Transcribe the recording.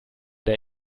der